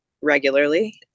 regularly